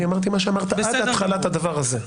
אמרתי מה שאמרת עד התחלת הדבר הזה.